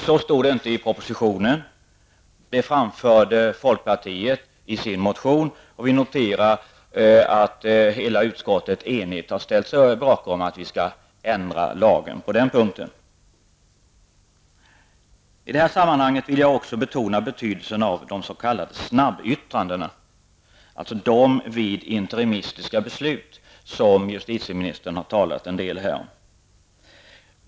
Så stod det inte i propositionen, och detta framförde folkpartiet i sin motion. Vi noterar att hela utskottet enigt har ställt sig bakom att lagen skall ändras på den punkten. I detta sammanhang vill jag också betona betydelsen av de s.k. snabbyttrandena, dvs. de yttranden vid interimistiska beslut som justitieministern här har talat en del om.